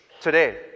today